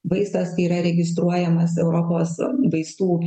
vaizdas yra registruojamas europos vaistų